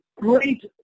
great